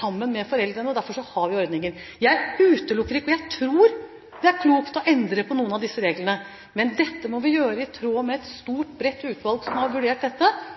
sammen med foreldrene. Derfor har vi ordningen. Jeg utelukker ikke endring – jeg tror det er klokt – på noen av disse reglene, men dette må vi gjøre i tråd med et